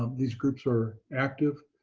um these groups are active.